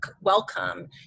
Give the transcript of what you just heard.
welcome